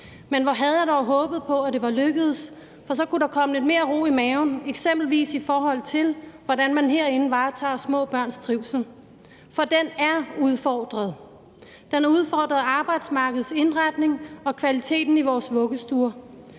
Men hvor havde jeg dog håbet på, at det var lykkedes, for så kunne der komme lidt mere ro i maven, eksempelvis i forhold til hvordan man herinde varetager små børns trivsel, for den er udfordret. Den er udfordret af arbejdsmarkedets indretning og af kvaliteten i vores vuggestuer.